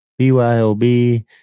BYOB